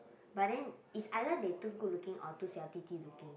but then it's either they too good looking or too 小弟弟 looking